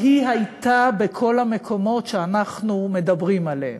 היא הייתה בכל המקומות שאנחנו מדברים עליהם.